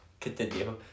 Continue